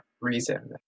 reason